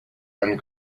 and